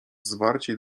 zwarciej